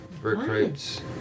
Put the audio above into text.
recruits